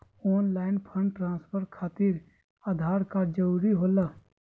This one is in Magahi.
ऑनलाइन फंड ट्रांसफर खातिर आधार कार्ड जरूरी होला?